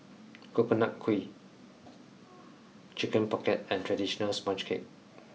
coconut kuih chicken pocket and traditional sponge cake